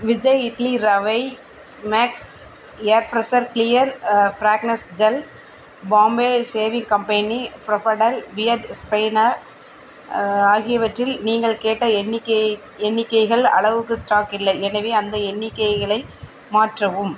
விஜய் இட்லி ரவை max air freshener clear fragrance gel Bombay shaving company ஃப்ரஃபடல் beard strainer ஆகியவற்றில் நீங்கள் கேட்ட எண்ணிக்கை எண்ணிக்கைகள் அளவுக்கு ஸ்டாக் இல்லை எனவே அந்த எண்ணிக்கைகளை மாற்றவும்